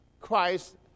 Christ